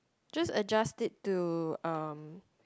just adjust it to uh